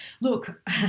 look